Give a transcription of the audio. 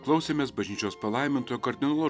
klausėmės bažnyčios palaimintojo kardinolo